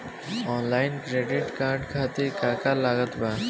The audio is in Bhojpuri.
आनलाइन क्रेडिट कार्ड खातिर का का लागत बा?